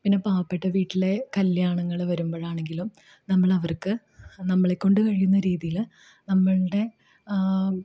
പിന്നെ പാവപ്പെട്ട വീട്ടിലെ കല്ല്യാണങ്ങൾ വരുമ്പോഴാണെങ്കിലും നമ്മളവർക്ക് നമ്മളെക്കൊണ്ട് കഴിയുന്ന രീതിയിൽ നമ്മളുടെ